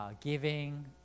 giving